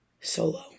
solo